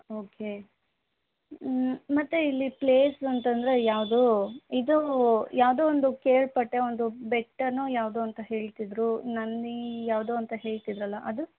okay ಮತ್ತೆ ಇಲ್ಲಿ place ಅಂತಂದ್ರೆ ಯಾವುದೋ ಇದೂ ಯಾವುದೋ ಒಂದು ಕೇಳಿಪಟ್ಟೆ ಒಂದು ಬೆಟ್ಟವೋ ಯಾವುದೋ ಅಂತ ಹೇಳ್ತಿದ್ರು ನಂದಿ ಯಾವುದೋ ಅಂತ ಹೇಳ್ತಿದ್ರಲ್ಲ ಅದು